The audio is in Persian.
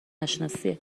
نشناسیه